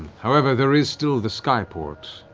however, there is still the skyport,